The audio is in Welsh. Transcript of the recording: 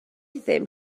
ddim